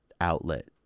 outlet